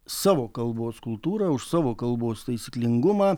savo kalbos kultūrą už savo kalbos taisyklingumą